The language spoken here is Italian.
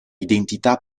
identità